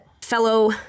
fellow